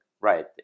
right